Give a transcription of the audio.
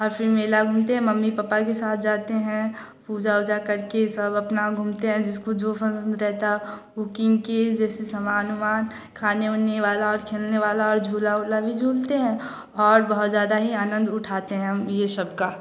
और फ़िर मेला घूमते हैं मम्मी पापा के साथ जाते हैं पूजा वूजा करके सब अपना घूमते हैं जिसको जो पसंद रहता है बुकिंग के जैसे सामान वमान खाने वाने वाला और झूला वूला नहीं झूलते हैं और बहुत ज़्यादा ही आनंद उठाते हैं हम यह सब का